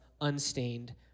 unstained